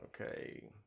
Okay